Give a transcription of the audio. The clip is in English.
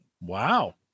wow